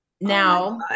Now